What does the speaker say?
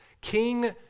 King